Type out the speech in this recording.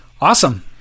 Awesome